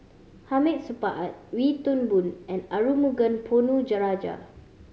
Hamid Supaat Wee Toon Boon and Arumugam Ponnu Rajah